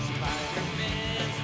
Spider-Man